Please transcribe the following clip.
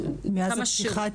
מאז הפתיחה,